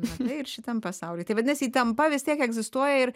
matai ir šitam pasauly tai vadinasi įtampa vis tiek egzistuoja ir